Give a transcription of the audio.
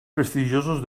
prestigiosos